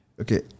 Okay